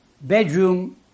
bedroom